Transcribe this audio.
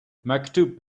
maktub